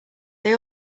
they